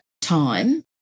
time